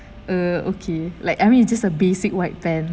err okay like I mean it's just a basic white pant